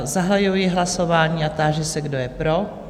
Zahajuji hlasování a táži se, kdo je pro?